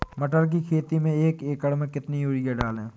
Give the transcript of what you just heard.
मटर की खेती में एक एकड़ में कितनी यूरिया डालें?